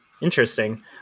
interesting